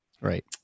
Right